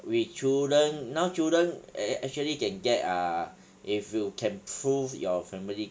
with children now children actually can get err if you can prove your family